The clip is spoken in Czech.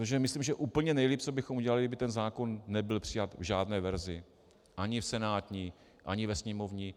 Protože myslím, že úplně nejlíp, co bychom udělali, kdyby ten zákon nebyl přijat v žádné verzi, ani v senátní, ani ve sněmovní.